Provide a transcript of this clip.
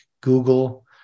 Google